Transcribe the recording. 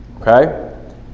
okay